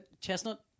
Chestnut